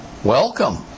Welcome